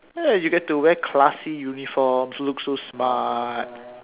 !hey! you get to wear classy uniforms look so smart